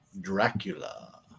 Dracula